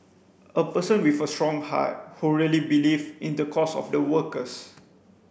a person with a strong heart who really believe in the cause of the workers